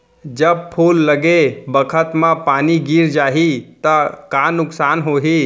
जब फूल लगे बखत म पानी गिर जाही त का नुकसान होगी?